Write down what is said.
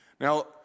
Now